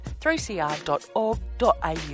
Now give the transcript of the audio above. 3cr.org.au